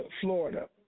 Florida